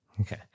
Okay